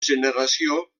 generació